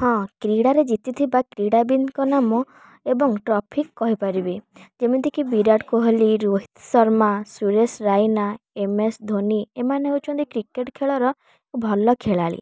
ହଁ କ୍ରୀଡ଼ାରେ ଜିତିଥିବା କ୍ରୀଡାବିତଙ୍କ ନାମ ଏବଂ ଟ୍ରଫି କହିପାରିବେ ଏମିତି କି ବିରାଟ କୋହଲି ରୋହିତ ଶର୍ମା ସୁରେଶ ରାଇନା ଏମ୍ ଏସ୍ ଧୋନି ଏମାନେ ହେଉଛନ୍ତି କ୍ରିକେଟ୍ ଖେଳର ଭଲ ଖେଳାଳି